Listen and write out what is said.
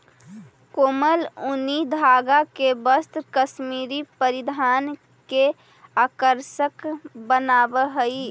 कोमल ऊनी धागा के वस्त्र कश्मीरी परिधान के आकर्षक बनावऽ हइ